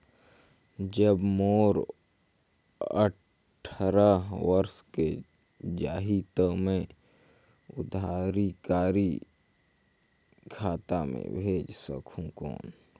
जब मोर अट्ठारह वर्ष हो जाहि ता मैं उत्तराधिकारी कर खाता मे भेज सकहुं कौन?